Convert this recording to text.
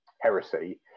heresy